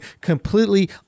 completely